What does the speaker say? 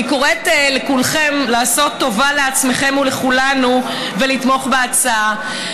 אני קוראת לכולכם לעשות טובה לעצמכם ולכולנו ולתמוך בהצעה.